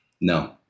No